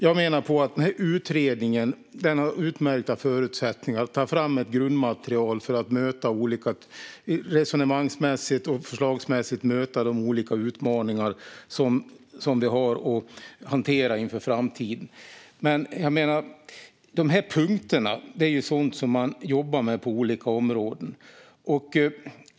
Jag menar att utredningen har utmärkta förutsättningar att ta fram ett grundmaterial för att resonemangsmässigt och förslagsmässigt möta olika utmaningar som finns att hantera inför framtiden. Punkterna är sådant som man jobbar med på olika områden.